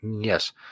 Yes